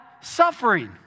suffering